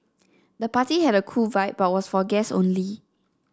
the party had a cool vibe but was for guests only